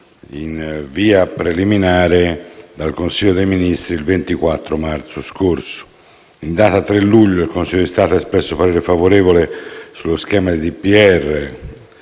in via preliminare dal Consiglio dei ministri il 24 marzo scorso. In data 3 luglio, il Consiglio di Stato ha espresso parere favorevole sullo schema di